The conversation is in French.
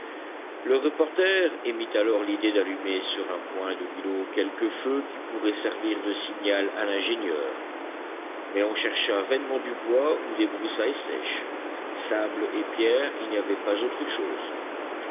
le reporter émit alors l'idée d'allumer sur un point de l'îlot quelque feu qui pourrait servir de signal à l'ingénieur mais on chercha vainement du bois ou des broussailles sèches sable et pierres il n'y avait pas autre chose